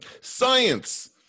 Science